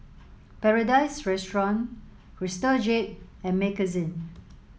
Paradise Restaurant Crystal Jade and